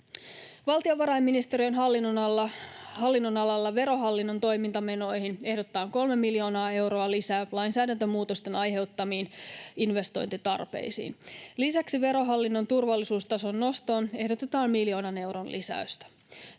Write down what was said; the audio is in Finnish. Valtiovarainministeriön hallinnonalalla Verohallinnon toimintamenoihin ehdotetaan 3 miljoonaa euroa lisää lainsäädäntömuutosten aiheuttamiin investointitarpeisiin. Lisäksi Verohallinnon turvallisuustason nostoon ehdotetaan miljoonan euron lisäystä.